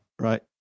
right